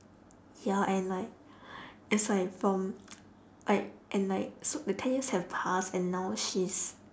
ya and like it's like from like and like so the ten years have passed and now she's